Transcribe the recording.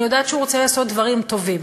אני יודעת שהוא רוצה לעשות דברים טובים.